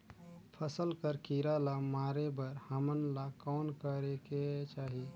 फसल कर कीरा ला मारे बर हमन ला कौन करेके चाही?